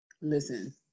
listen